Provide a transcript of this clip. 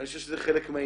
אני חושב שזה חלק מהעניין.